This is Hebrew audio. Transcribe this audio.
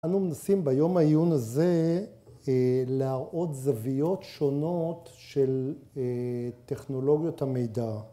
‫אנו מנסים ביום העיון הזה, ‫להראות זוויות שונות ‫של טכנולוגיות המידע.